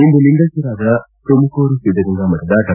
ಇಂದು ಲಿಂಗೈಕ್ಟರಾದ ತುಮಕೂರು ಸಿದ್ದಗಂಗಾ ಮಠದ ಡಾ